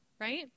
right